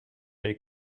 les